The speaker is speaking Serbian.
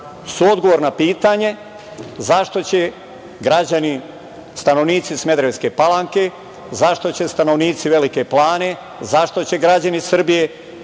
su odgovor na pitanje zašto će građani, stanovnici Smederevske Palanke, zašto će stanovnici Velike Plane, zašto će građani Srbije